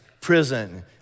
prison